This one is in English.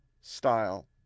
style